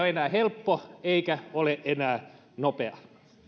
enää helppo eikä ole enää nopea